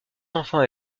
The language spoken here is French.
enfants